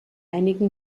einigen